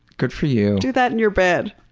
good for you. do that in your bed.